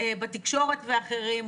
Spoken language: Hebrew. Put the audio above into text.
פונים בתקשורת ואחרים,